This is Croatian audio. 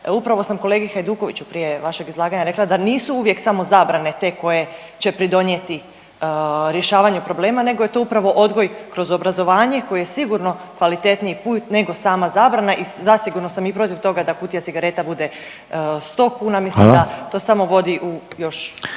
upravo sam kolegi Hajdukoviću prije vašeg izlaganja rekla da nisu uvijek samo zabrane te koje će pridonijeti rješavanju problema, nego je to upravo odgoj kroz obrazovanje koji je sigurno kvalitetniji put nego sama zabrana i zasigurno sam i protiv toga da kutija cigareta bude 100 kuna…/Upadica Reiner: Hvala/…mislim da to samo vodi u još